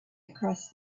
across